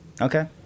Okay